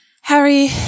Harry